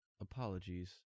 apologies